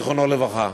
זיכרונו לברכה.